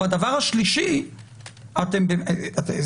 שמחה רוטמן לא הוא זה שצריך לקבוע את הגבולות של חופש הביטוי והמחאה.